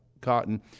cotton